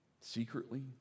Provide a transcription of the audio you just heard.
secretly